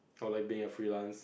or like being a freelance